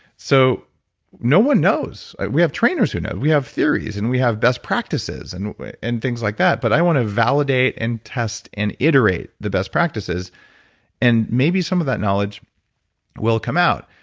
so no one knows. we have trainers who know. we have theories and we have best practices and and things like that but i want to validate and test and iterate the best practices and maybe some of that knowledge will come out.